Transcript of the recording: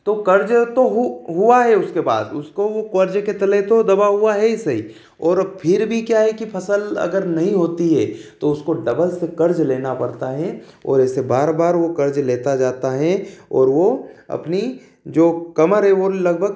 तो कर्ज तो हुआ है उसके बाद उसको कर्ज के तले दबा हुआ तो है ही सही और फिर भी क्या है कि फसल अगर नहीं होती है तो उसको डबल से कर्ज लेना पड़ता है और ऐसे बार बार वो कर्ज लेता जाता है और वो अपनी कमर है जो लगभग